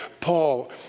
Paul